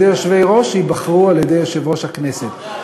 יושבי-ראש שייבחרו על-ידי יושב-ראש הכנסת.